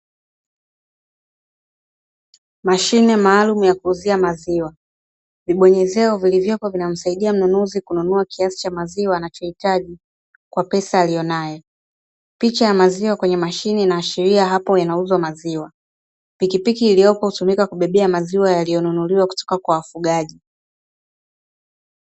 Mashine maalumu ya kuuzia maziwa, vibonyezeo vilivyopo vinamsaidia mnunuzi kununua kiasi cha maziwa anachohitaji kwa pesa aliyonayo. Picha ya maziwa kwenye mashine inaashiria hapo inauzwa maziwa; pikipiki iliyopotumika kubebea maziwa yaliyonunuliwa kutoka kwa wafugaji.